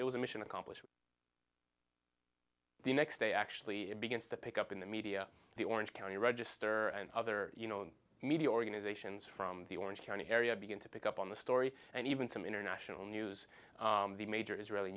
it was a mission accomplished the next day actually it begins to pick up in the media the orange county register and other media organizations from the orange county area begin to pick up on the story and even some international news the major israeli